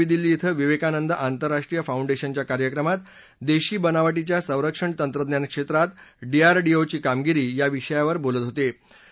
ते काल नवी दिल्ली इथं विवेकानंद आंतरराष्ट्रीय फाउंडेशनच्या कार्यक्रमात देशी बनावटीच्या संरक्षण तंत्रज्ञान क्षेत्रात डीआडीओची कामगिरी या विषयावर बोलत होते